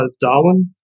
Darwin